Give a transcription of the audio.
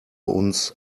uns